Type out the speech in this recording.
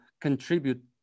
contribute